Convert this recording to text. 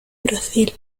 brasil